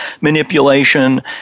manipulation